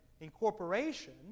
Incorporation